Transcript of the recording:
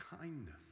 kindness